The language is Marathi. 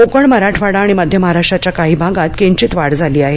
कोकण मराठवाडा आणि मध्य महाराष्ट्राच्या काही भागात किंचित वाढ झाली आहे